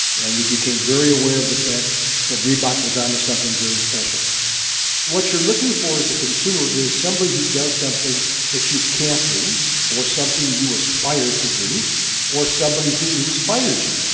and we became very aware of the fact that reebok was onto something very special what you're looking for as a consumer is somebody who does something you can't do or something you aspire to do or somebody who inspires you.